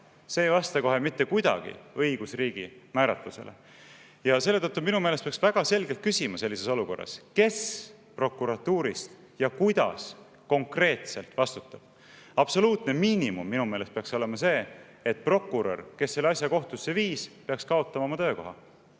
See ei vasta kohe mitte kuidagi õigusriigi määratlusele. Ja selle tõttu minu meelest peaks sellises olukorras väga selgelt küsima, kes prokuratuuris ja kuidas konkreetselt vastutab. Absoluutne miinimum minu meelest peaks olema see, et prokurör, kes selle asja kohtusse viis, peaks kaotama oma töökoha.